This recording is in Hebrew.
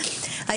תודה לכולם.